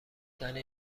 زنی